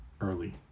Early